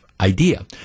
idea